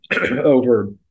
over